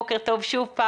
בוקר טוב פאולה.